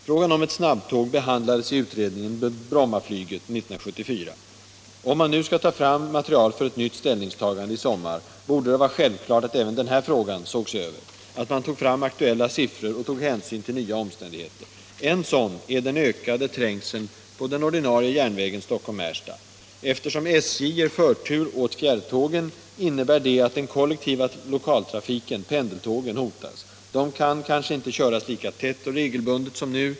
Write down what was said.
Frågan om ett snabbtåg behandlades i utredningen Brommaflyget 1974. Om man nu skall ta fram material för ett nytt ställningstagande i sommar, borde det vara självklart att även denna fråga sågs över, att man tog fram aktuella siffror och tog hänsyn till nya omständigheter. En sådan är den ökade trängseln på den ordinarie järnvägen Stockholm-Märsta. Det förhållandet att SJ ger förtur åt fjärrtågen innebär att den kollektiva lokaltrafiken, pendeltågen, hotas. De kanske inte kan köras lika tätt och regelbundet som nu.